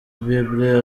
bible